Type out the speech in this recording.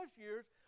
years